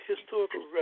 historical